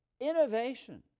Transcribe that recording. innovation